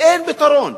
כי אין פתרון.